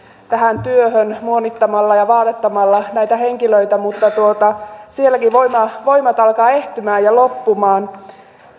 tähän työhön muonittamalla ja vaatettamalla näitä henkilöitä mutta sielläkin voimat voimat alkavat ehtymään ja loppumaan